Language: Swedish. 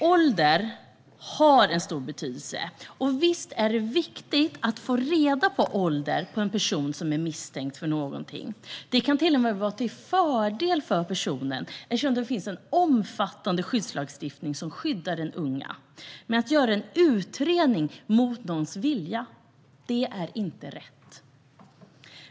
Åldern har stor betydelse, och visst är det viktigt att få reda på åldern på en person som är misstänkt för något. Det kan till och med vara till fördel för personen eftersom det finns omfattande skyddslagstiftning som skyddar den unga. Men att göra en utredning mot någons vilja är inte rätt.